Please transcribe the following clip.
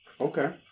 Okay